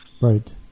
Right